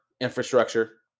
infrastructure